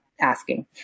asking